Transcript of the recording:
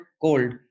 cold